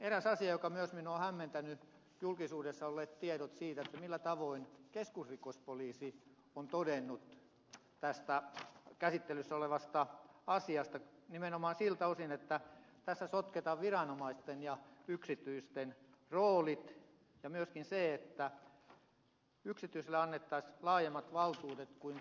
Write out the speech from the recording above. eräs asia joka myös minua on hämmentänyt ovat julkisuudessa olleet tiedot siitä mitä keskusrikospoliisi on todennut tästä käsittelyssä olevasta asiasta nimenomaan siltä osin että tässä sotketaan viranomaisten ja yksityisten roolit ja myöskin tiedot siitä että yksityiselle annettaisiin laajemmat valtuudet kuin poliisille